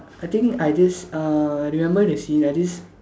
I think I just uh I remember the scene uh this